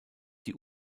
die